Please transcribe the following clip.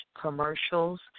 commercials